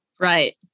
Right